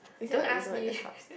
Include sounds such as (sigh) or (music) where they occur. don't ask me (laughs)